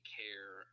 care